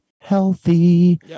healthy